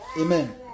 Amen